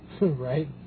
Right